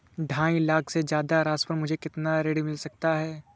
ढाई लाख से ज्यादा राशि पर मुझे कितना ऋण मिल सकता है?